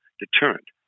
deterrent